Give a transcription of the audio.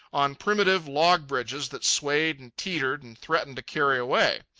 on primitive log-bridges that swayed and teetered and threatened to carry away.